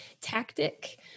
tactic